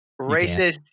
Racist